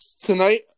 Tonight